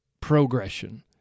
progression